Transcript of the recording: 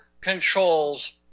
controls